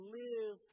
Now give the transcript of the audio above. live